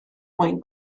mwyn